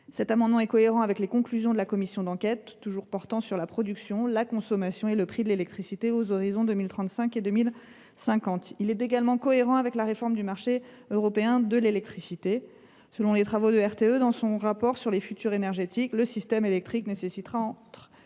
Cette proposition est cohérente avec les conclusions de la commission d’enquête portant sur la production, la consommation et le prix de l’électricité aux horizons 2035 et 2050. Elle l’est également avec la réforme du marché européen de l’électricité. Selon les travaux de RTE dans son rapport, le système électrique nécessitera entre